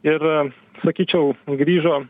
ir sakyčiau grįžo